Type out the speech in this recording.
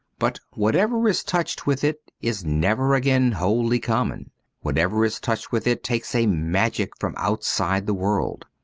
but whatever is touched with it is never again wholly common whatever is touched with it takes a magic from outside the world.